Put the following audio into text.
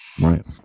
right